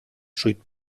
sweet